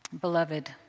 Beloved